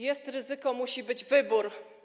Jest ryzyko, musi być wybór.